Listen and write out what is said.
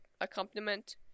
accompaniment